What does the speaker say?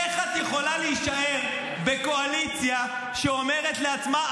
איך את יכולה להישאר בקואליציה שאומרת לעצמה: